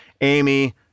Amy